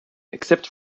except